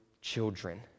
children